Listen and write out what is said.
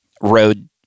road